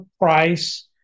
price